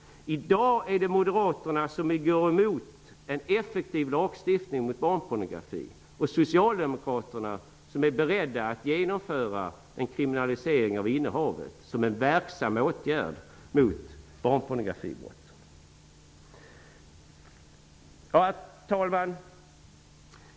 I dag är det Moderaterna som går emot en effektiv lagstiftning mot barnpornografin och socialdemokraterna som är beredda att genomföra en kriminalisering av innehavet som en verksam åtgärd mot barnpornografibrott. Herr talman!